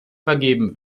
vergeben